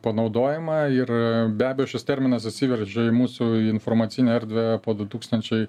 panaudojimą ir be abejo šis terminas įsiveržė į mūsų informacinę erdvę po du tūkstančiai